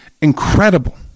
incredible